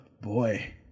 boy